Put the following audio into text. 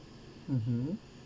mmhmm